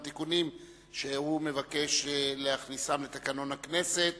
תיקונים שהוא מבקש להכניסם לתקנון הכנסת,